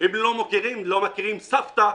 הם לא מכירים סבתא,